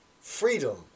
freedom